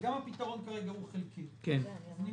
וגם הפתרון כרגע הוא חלקי אני מציע